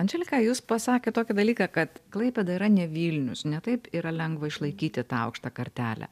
andželika jūs pasakėt tokį dalyką kad klaipėda yra ne vilnius ne taip yra lengva išlaikyti tą aukštą kartelę